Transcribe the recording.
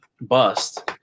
bust